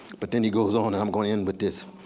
but then he goes on and i'm going to end with this.